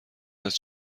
است